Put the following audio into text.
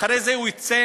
אחרי זה הוא יצא,